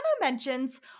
mentions